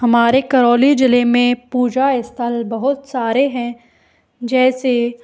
हमारे करौली ज़िले में पूजा स्थल बहुत सारे हैं जैसे